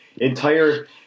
entire